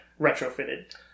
retrofitted